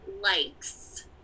likes